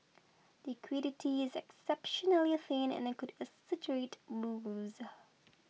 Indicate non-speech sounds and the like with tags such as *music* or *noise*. liquidity is exceptionally thin and could exaggerate *unintelligible*